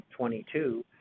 2022